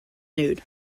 nude